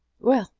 well,